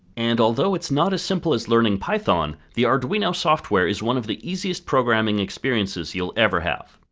and although it's not as simple as learning python, the arduino software is one of the easiest programming experiences you'll ever have.